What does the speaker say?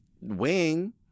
wing